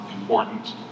important